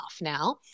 now